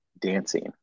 dancing